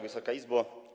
Wysoka Izbo!